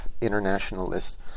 internationalists